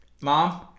Mom